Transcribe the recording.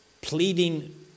pleading